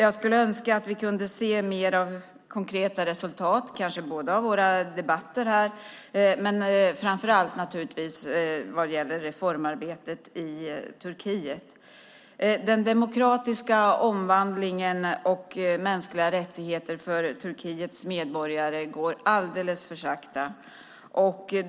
Jag skulle önska att vi kunde se mer av konkreta resultat både av våra debatter och, framför allt, naturligtvis, vad gäller reformarbetet i Turkiet. Arbetet med den demokratiska omvandlingen och mänskliga rättigheter för Turkiets medborgare går alldeles för sakta.